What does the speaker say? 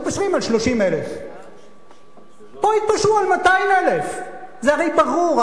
מתפשרים על 30,000. פה יתפשרו על 200,000. זה הרי ברור,